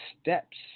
steps